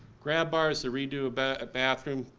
grab bars to re-do a but bathroom,